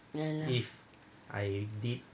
ya lah